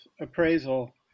appraisal